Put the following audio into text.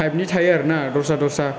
टाइफनि थायो आरो ना दस्रा दस्रा